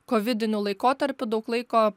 kovidiniu laikotarpiu daug laiko